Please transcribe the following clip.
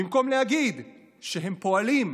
מוצע להתנגד